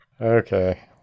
Okay